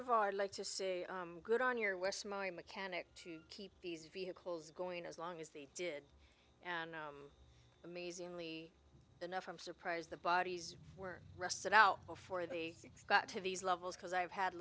of all i'd like to say good on your mechanic to keep these vehicles going as long as they did and amazingly enough i'm surprised the bodies were rusted out before they got to these levels because i've had